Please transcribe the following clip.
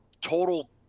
total